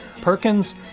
Perkins